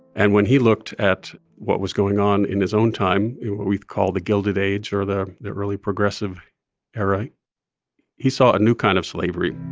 and when he looked at what was going on in his own time what we called the gilded age or the the early progressive era he saw a new kind of slavery.